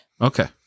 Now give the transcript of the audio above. Okay